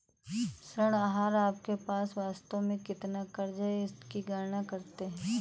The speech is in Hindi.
ऋण आहार आपके पास वास्तव में कितना क़र्ज़ है इसकी गणना करते है